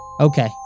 Okay